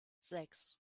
sechs